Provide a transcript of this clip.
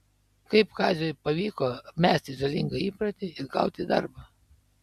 kaip kaziui pavyko mesti žalingą įprotį ir gauti darbą